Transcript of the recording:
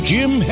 Jim